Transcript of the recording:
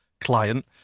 client